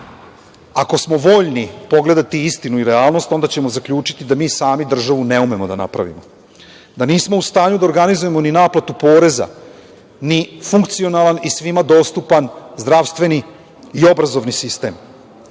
Ako smo voljni pogledati istinu i realnost, onda ćemo zaključiti da mi sami državu ne umemo da napravimo, da nismo u stanju da organizujemo ni naplatu poreza ni funkcionalan i svima dostupan zdravstveni i obrazovni sistem.Za